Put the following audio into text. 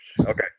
okay